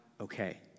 okay